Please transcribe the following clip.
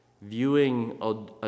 viewing